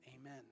Amen